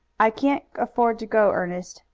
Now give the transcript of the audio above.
i can't afford to go, ernest,